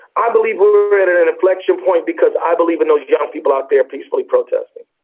i believe we're at an an inflection point, because i believe in those young people out there peacefully protesting.